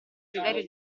desiderio